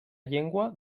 llengua